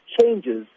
Changes